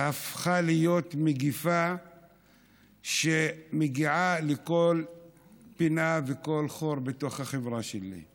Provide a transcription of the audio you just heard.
והפכה להיות מגפה שמגיעה לכל פינה וכל חור בתוך החברה שלי.